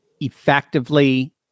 effectively